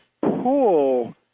pull